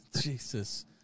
Jesus